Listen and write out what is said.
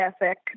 ethic